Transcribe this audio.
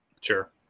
sure